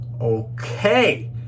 Okay